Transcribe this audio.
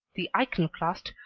the iconoclast,